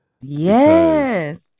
Yes